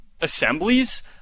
assemblies